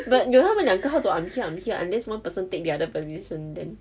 but 有他们两个 how to I'm here I'm here unless one person take the other position then